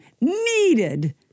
needed